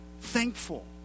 thankful